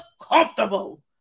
comfortable